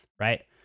right